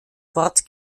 wort